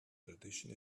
tradition